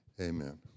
amen